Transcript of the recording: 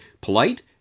polite